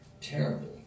terrible